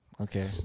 Okay